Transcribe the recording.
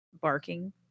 barking